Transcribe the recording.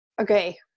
okay